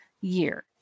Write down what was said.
year